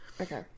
Okay